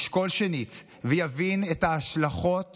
ישקול שנית ויבין את ההשלכות